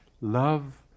love